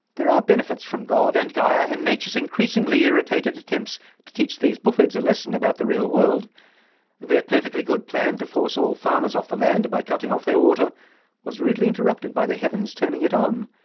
there are benefits from god and gaia and nature's increasingly irritated attempts to teach these boofheads a lesson about the real world their perfectly good plan to force all farmers off the land by cutting off their water was rudely interrupted by the heaven's turning it on.